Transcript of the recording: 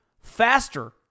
faster